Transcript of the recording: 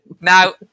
Now